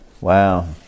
wow